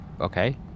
Okay